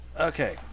Okay